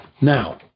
Now